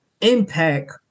impact